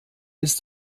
ist